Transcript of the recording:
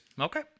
Okay